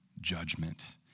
judgment